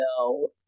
No